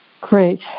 Great